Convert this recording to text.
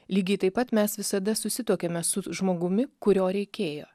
lygiai taip pat mes visada susituokiame su žmogumi kurio reikėjo